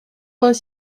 vingt